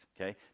okay